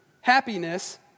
happiness